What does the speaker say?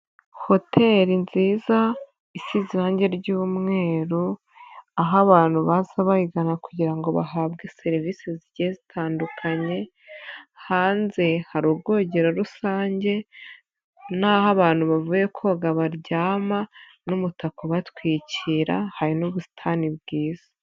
Hoteli nziza, isize irangi ry'umweru, aho abantu baza bayigana kugirango bahabwe serivisi zigiye zitandukanye, hanze hari ubwogero rusange n'aho abantu bavuye koga baryama n'umutaka batwikira, hari n'ubusitani bwiza.